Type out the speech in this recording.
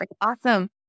Awesome